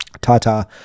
Tata